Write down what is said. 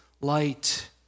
light